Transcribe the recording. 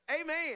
amen